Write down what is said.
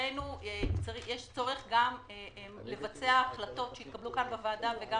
יש צורך גם לבצע החלטות שהתקבלו כאן בוועדה וגם